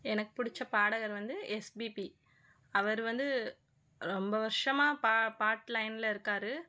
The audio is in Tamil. எனக்கு பிடிச்ச பாடகர் வந்து எஸ் பி பி அவர் வந்து ரொம்ப வருஷமாக பாட்டு லைனில் இருக்கார்